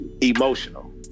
emotional